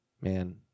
man